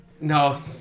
No